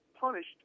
punished